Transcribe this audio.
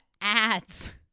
ads